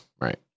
right